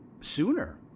Sooner